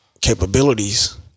capabilities